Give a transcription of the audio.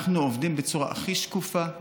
אנחנו עובדים בצורה הכי שקופה.